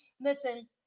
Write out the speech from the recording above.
listen